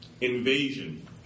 invasion